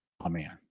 Amen